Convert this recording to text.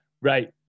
Right